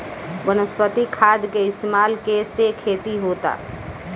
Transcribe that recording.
वनस्पतिक खाद के इस्तमाल के से खेती होता